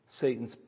Satan's